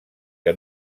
que